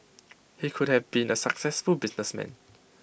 he could have been A successful businessman